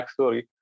backstory